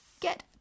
get